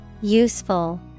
Useful